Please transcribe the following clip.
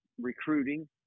recruiting